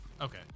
Okay